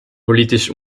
politisch